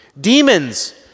Demons